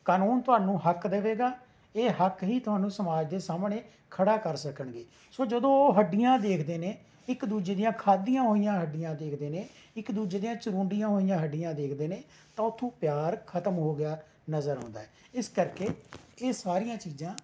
ਕਾਨੂੰਨ ਤੁਹਾਨੂੰ ਹੱਕ ਦੇਵੇਗਾ ਇਹ ਹੱਕ ਹੀ ਤੁਹਾਨੂੰ ਸਮਾਜ ਦੇ ਸਾਹਮਣੇ ਖੜ੍ਹਾ ਕਰ ਸਕਣਗੇ ਸੋ ਜਦੋਂ ਉਹ ਹੱਡੀਆਂ ਦੇਖਦੇ ਨੇ ਇੱਕ ਦੂਜੇ ਦੀਆਂ ਖਾਧੀਆਂ ਹੋਈਆਂ ਹੱਡੀਆਂ ਦੇਖਦੇ ਨੇ ਇੱਕ ਦੂਜੇ ਦੀਆਂ ਚਰੁੰਡੀਆਂ ਹੋਈਆਂ ਹੱਡੀਆਂ ਦੇਖਦੇ ਨੇ ਤਾਂ ਉੱਥੋਂ ਪਿਆਰ ਖ਼ਤਮ ਹੋ ਗਿਆ ਨਜ਼ਰ ਆਉਂਦਾ ਹੈ ਇਸ ਕਰਕੇ ਇਹ ਸਾਰੀਆਂ ਚੀਜ਼ਾਂ